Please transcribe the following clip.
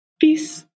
Peace